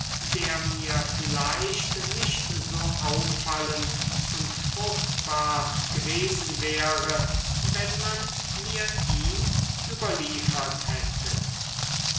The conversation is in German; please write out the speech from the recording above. der mir vielleicht nicht so auffallend und fruchtbar gewesen wäre wenn man mir ihn überliefert hätte